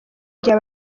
gihe